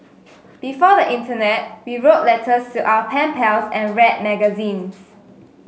before the internet we wrote letters to our pen pals and read magazines